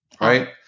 Right